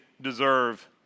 deserve